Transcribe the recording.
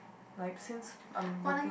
like since I'm working